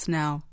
now